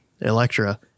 Electra